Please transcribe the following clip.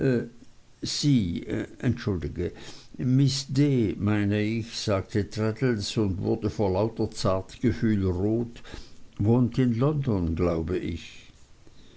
sie entschuldige miß d meine ich sagte traddles und wurde vor lauter zartgefühl rot wohnt in london glaube ich